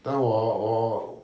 但我我